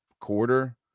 quarter